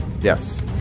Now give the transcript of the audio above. Yes